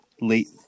late